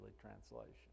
translation